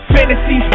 Fantasy